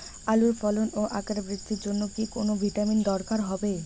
আলুর ফলন ও আকার বৃদ্ধির জন্য কি কোনো ভিটামিন দরকার হবে?